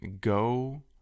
go